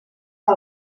que